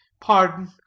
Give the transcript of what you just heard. Pardon